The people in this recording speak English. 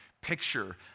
picture